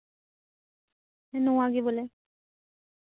ᱦᱮᱸ ᱱᱚᱣᱟᱜᱮ ᱵᱚᱞᱮ